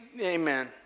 amen